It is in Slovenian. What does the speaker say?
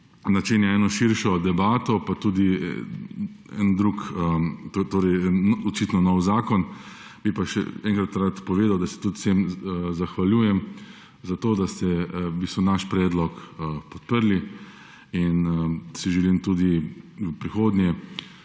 načenja eno širšo debato, pa tudi očitno nov zakon. Bi pa še enkrat rad povedal, da se tudi vsem zahvaljujem, da ste naš predlog podprli. In si želim tudi v prihodnje